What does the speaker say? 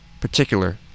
particular